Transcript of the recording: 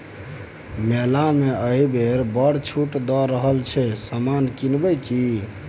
मेला मे एहिबेर बड़ छूट दए रहल छै समान किनब कि?